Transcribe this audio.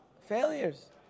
failures